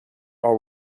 are